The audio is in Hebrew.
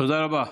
תודה רבה.